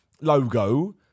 logo